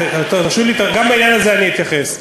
גם לעניין הזה אני אתייחס.